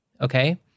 okay